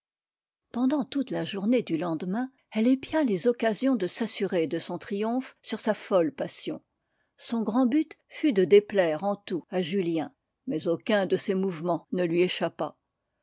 pendant toute la journée du lendemain elle épia les occasions de s'assurer de son triomphe sur sa folle passion son grand but fut de déplaire en tout à julien mais aucun de ses mouvements ne lui échappa